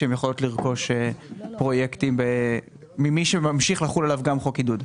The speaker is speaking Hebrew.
כי הן יכולות לרכוש פרויקטים ממי שממשיך לחול עליו חוק עידוד.